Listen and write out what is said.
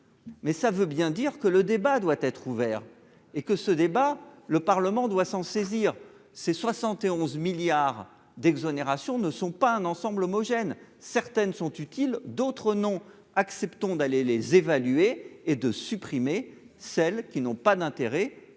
mais ça veut bien dire que le débat doit être ouvert et que ce débat, le Parlement doit s'en saisir ces 71 milliards d'exonérations ne sont pas un ensemble homogène, certaines sont utiles, d'autres non, acceptons d'aller les évaluer et de supprimer celles qui n'ont pas d'intérêt pour l'emploi